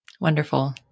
Wonderful